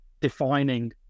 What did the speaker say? defining